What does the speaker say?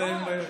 לא,